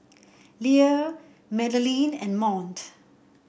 Lea Madelyn and Mont